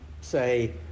say